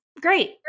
Great